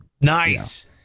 Nice